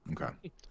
Okay